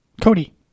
Cody